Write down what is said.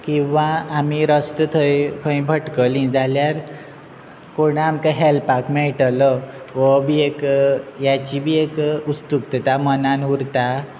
किंवां आमी रस्तो थंय खंय भटकली जाल्यार कोणां आमकां हेल्पाक मेळटलो हो बी एक हेची बी एक उस्तुक्तां मनान उरता